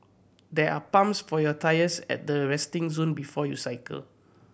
there are pumps for your tyres at the resting zone before you cycle